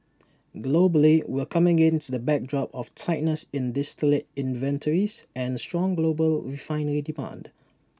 globally we're coming against the backdrop of tightness in distillate inventories and strong global refinery demand